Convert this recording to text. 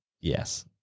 yes